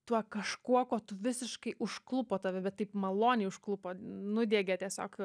tuo kažkuo ko tu visiškai užklupo tave bet taip maloniai užklupo nudiegė tiesiog